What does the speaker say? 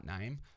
name